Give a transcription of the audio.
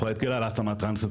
פרויקט גילה להתאמה טרנסית,